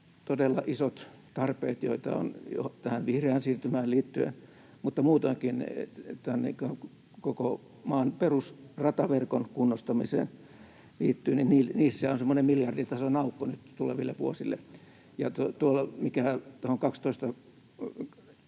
todella isot tarpeet, joita on jo tähän vihreään siirtymään liittyen mutta muutoinkin, mitä koko maan perusrataverkon kunnostamiseen liittyy, niin niissä on semmoinen miljardin tason aukko nyt tuleville vuosille. Tuolla,